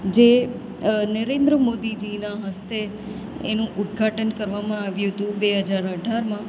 જે નરેન્દ્ર મોદીજીના હસ્તે એનું ઉદ્દઘાટન કરવામાં આવ્યું હતું બે હજાર અઢારમાં